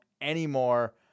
anymore